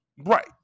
Right